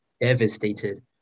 devastated